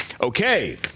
Okay